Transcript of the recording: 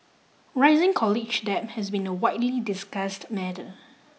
rising college debt has been a widely discussed matter